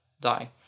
die